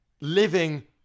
Living